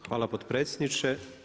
Hvala potpredsjedniče.